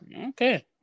Okay